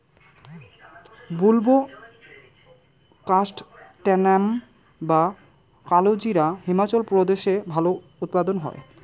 বুলবোকাস্ট্যানাম বা কালোজিরা হিমাচল প্রদেশে ভালো উৎপাদন হয়